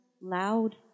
loud